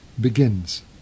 begins